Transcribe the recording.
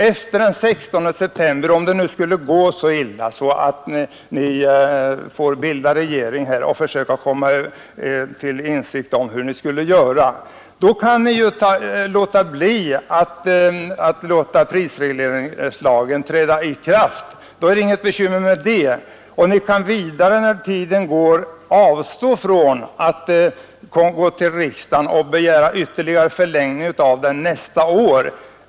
Efter den 16 september — om det nu skulle gå så illa, att ni får bilda regering och måste ta ställning till hur ni skall göra — kan ni hindra prisregleringslagen att träda i kraft. Då är det inget bekymmer med det. Allteftersom tiden går kan ni avstå från att hos riksdagen begära ytterligare förlängning av lagen.